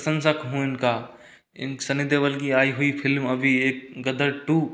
प्रशंसक हूँ इनका सनी देओल की आई हुई फिल्म अभी एक गदर टू